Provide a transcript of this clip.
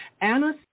Anna